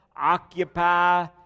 Occupy